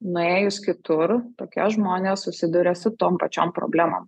nuėjus kitur tokie žmonės susiduria su tom pačiom problemom